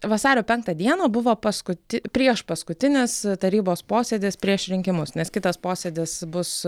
vasario penktą dieną buvo paskuti priešpaskutinis tarybos posėdis prieš rinkimus nes kitas posėdis bus